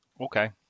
Okay